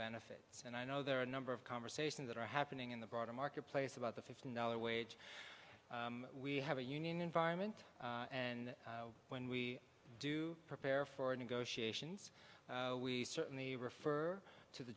benefits and i know there are a number of conversations that are happening in the broader marketplace about the fifteen dollar wage we have a union environment and when we do prepare for negotiations we certainly refer to the